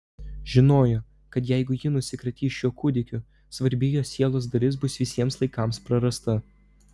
žinojo kad jeigu ji nusikratys šiuo kūdikiu svarbi jos sielos dalis bus visiems laikams prarasta